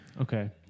Okay